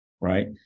right